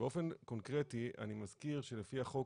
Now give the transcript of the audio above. באופן קונקרטי אני מזכיר שלפי החוק,